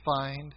find